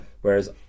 Whereas